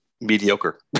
mediocre